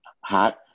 hot